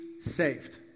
Saved